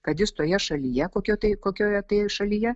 kad jis toje šalyje kokioj tai kokioje tai šalyje